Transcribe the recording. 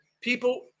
People